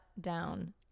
down